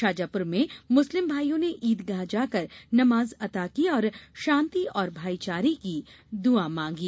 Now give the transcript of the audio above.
शाजापुर में मुस्लिम भाईयों ने ईदगाह जाकर नमाज अता की और शान्ति और भाईचारे की दुआ मांगी